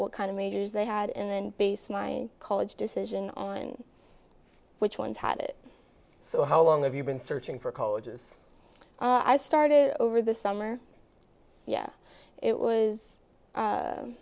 what kind of majors they had in base my college decision on which one's had it so how long have you been searching for colleges i started over the summer yeah it was